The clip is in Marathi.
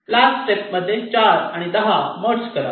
लास्ट स्टेप मध्ये 4 आणि 10 मर्ज करा